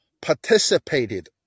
participated